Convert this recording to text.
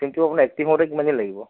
চিমটো আপোনাৰ একটিভ হওঁতে কিমান দিন লাগিব